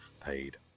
paid